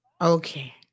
Okay